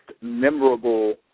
memorable